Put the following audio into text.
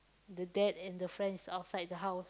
the dad and the friend is outside the house